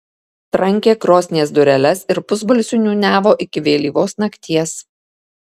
trankė krosnies dureles ir pusbalsiu niūniavo iki vėlyvos nakties